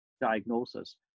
diagnosis